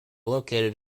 located